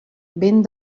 vent